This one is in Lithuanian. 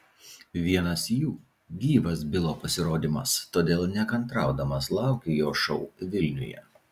vienas jų gyvas bilo pasirodymas todėl nekantraudamas laukiu jo šou vilniuje